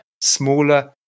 smaller